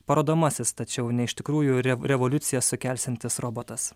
parodomasis tačiau ne iš tikrųjų re revoliuciją sukelsiantis robotas